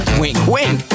wink-wink